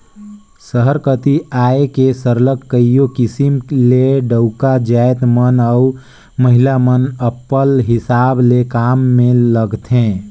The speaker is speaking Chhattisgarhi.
सहर कती आए के सरलग कइयो किसिम ले डउका जाएत मन अउ महिला मन अपल हिसाब ले काम में लगथें